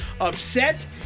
upset